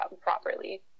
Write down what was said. properly